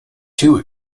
too